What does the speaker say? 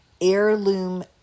heirloom